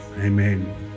Amen